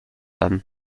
femmes